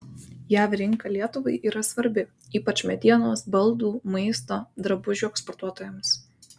jav rinka lietuvai yra svarbi ypač medienos baldų maisto drabužių eksportuotojams